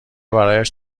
برایش